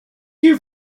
you